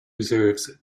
reserves